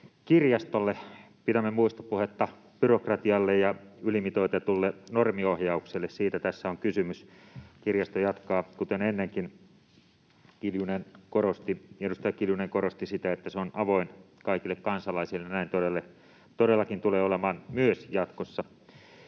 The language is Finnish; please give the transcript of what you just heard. kirjastolle, pidämme muistopuhetta byrokratialle ja ylimitoitetulle normiohjaukselle. Siitä tässä on kysymys. Kirjasto jatkaa kuten ennenkin. Edustaja Kiljunen korosti sitä, että se on avoin kaikille kansalaisille. Näin todellakin tulee olemaan myös jatkossa.